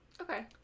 Okay